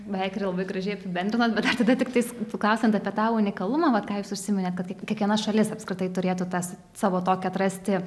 beveik ir labai gražiai apibendrinot bet aš tada tiktai klausiant apie tą unikalumą vat ką jūs užsiminėt kad kiekviena šalis apskritai turėtų tas savo tokią atrasti